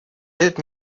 дает